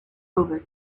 over